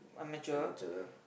amateur